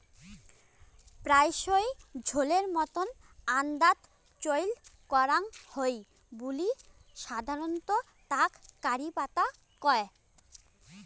প্রায়শই ঝোলের মতন আন্দাত চইল করাং হই বুলি সাধারণত তাক কারি পাতা কয়